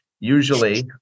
Usually